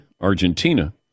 Argentina